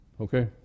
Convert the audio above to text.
Okay